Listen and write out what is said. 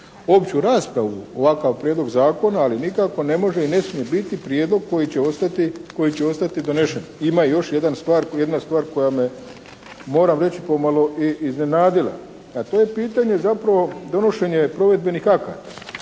opću raspravu ovakav prijedlog zakona, ali nikako ne može i ne smije biti prijedlog koji će ostati donesen. Ima još jedna stvar koja me moram reći pomalo i iznenadila, a to je pitanje zapravo donošenje provedbenih akata.